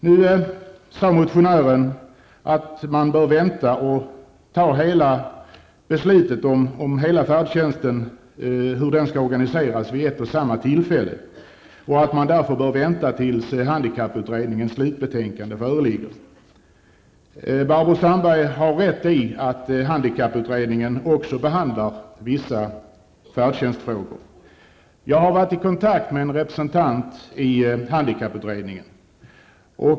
Nu sade motionären att man vid ett och samma tillfälle bör ta hela beslutet om hur färdtjänsten skall organiseras, och att man därför bör vänta tills handikapputredningens slutbetänkande föreligger. Barbro Sandberg har rätt i att handikapputredningen också behandlar vissa färdtjänstfrågor. Jag har varit i kontakt med en representant för handikapputredningen.